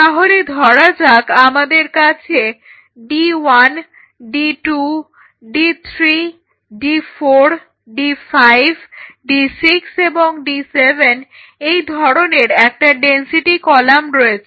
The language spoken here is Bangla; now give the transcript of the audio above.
তাহলে ধরা যাক আমাদের কাছে d1 d2 d3 d4 d5 d6 d7 এই ধরনের একটা ডেনসিটি কলাম রয়েছে